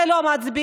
זה לא מצביע.